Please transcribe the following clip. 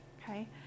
Okay